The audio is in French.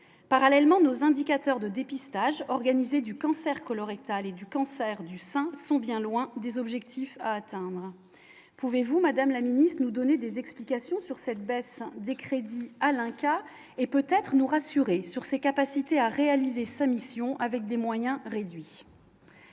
parallèlement nos indicateurs de dépistage organisé du cancer colorectal et du cancer du sein sont bien loin des objectifs à atteindre, pouvez-vous, Madame la Ministre, nous donner des explications sur cette baisse des crédits à l'Alain et peut-être nous rassurer sur ses capacités à réaliser sa mission avec des moyens réduits